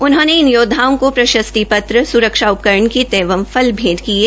उन्होंने इन योद्वाओं का प्रशस्ति पत्र स्रक्षा उपकरण किट एवं फल भैंट किये